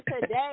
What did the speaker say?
today